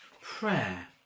prayer